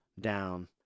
down